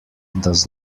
does